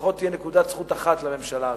ולפחות תהיה נקודת זכות אחת לממשלה הזאת.